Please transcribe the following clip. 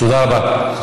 תודה רבה.